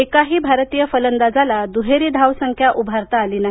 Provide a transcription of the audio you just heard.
एकाही भारतीय फलंदाजाला दुहेरी धावसंख्या उभारता आली नाही